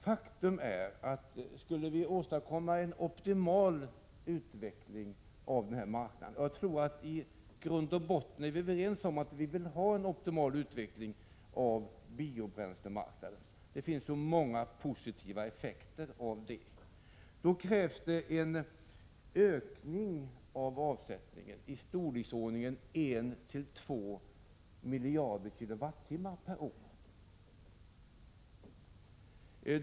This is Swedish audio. Faktum är att skulle vi åstadkomma en optimal utveckling av marknaden, vilket jag tror att vi i grund och botten är överens om att vi vill ha — biobränslen har så många positiva effekter — krävs det en ökning av avsättningen i storleksordningen 1-2 miljarder kilowattimmar per år.